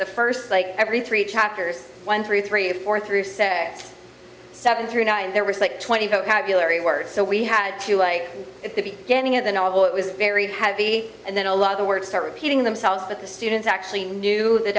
the first like every three chapters one through three of four through say seven through night and there was like twenty vocabulary words so we had to like at the beginning of the novel it was very heavy and then a lot of the words start repeating themselves that the students actually knew the